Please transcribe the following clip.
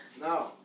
No